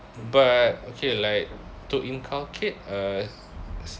but okay like to inculcate a